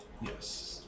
Yes